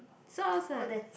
so I was like